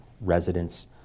Residents